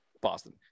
Boston